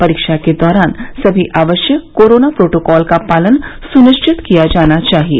परीक्षा के दौरान सभी आवश्यक कोरोना प्रोटोकाल का पालन सुनिश्चित किया जाना चाहिये